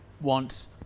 wants